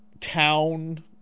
town